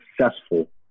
successful